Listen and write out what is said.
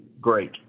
great